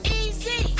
easy